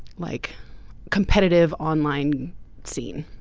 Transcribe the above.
like competitive online scene.